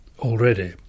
already